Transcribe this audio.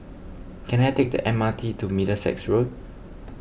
can I take the M R T to Middlesex Road